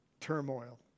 turmoil